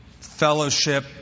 fellowship